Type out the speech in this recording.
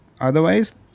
otherwise